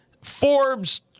Forbes